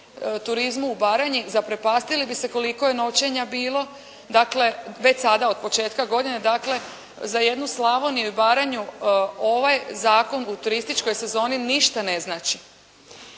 turizmu u Baranji, zaprepastili bi se koliko je noćenja bilo, dakle već sada od početka godine dakle za jednu Slavoniju i Baranju ovaj zakon u turističkoj sezoni ništa ne znači.